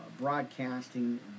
broadcasting